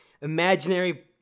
imaginary